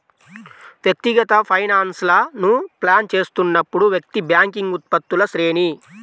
వ్యక్తిగత ఫైనాన్స్లను ప్లాన్ చేస్తున్నప్పుడు, వ్యక్తి బ్యాంకింగ్ ఉత్పత్తుల శ్రేణి